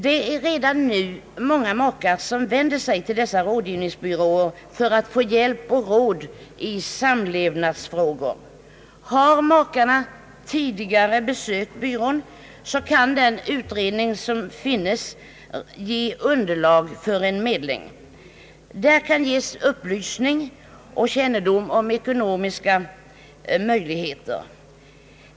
Redan nu vänder sig många makar till dessa byråer för att få hjälp och råd i samlevnadsfrågor. Har makarna tidigare besökt byrån, kan den utredning som redan finns ge underlag för en medling. Där kan ges upplysning om ekonomiska möjligheter.